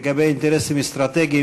לגבי אינטרסים אסטרטגיים,